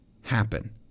happen